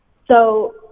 so,